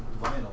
vinyl